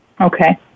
Okay